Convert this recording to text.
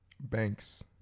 Banks